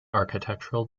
architectural